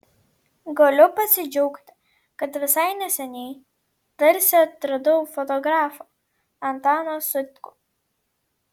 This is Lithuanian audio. galiu pasidžiaugti kad visai neseniai tarsi atradau fotografą antaną sutkų